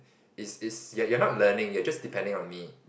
is is you you are not learning you are just depending on me